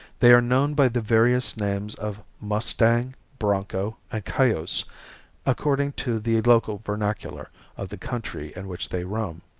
they are known by the various names of mustang, bronco and cayuse according to the local vernacular of the country in which they roam.